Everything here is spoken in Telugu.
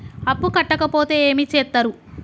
అప్పు కట్టకపోతే ఏమి చేత్తరు?